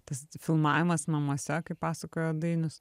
tas filmavimas namuose kaip pasakojo dainius